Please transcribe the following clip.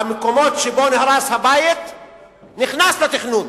המקומות שבהם נהרס הבית נכנסו לתכנון.